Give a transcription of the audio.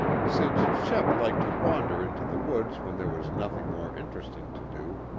since shep liked to wander into the woods when there was nothing more interesting to do,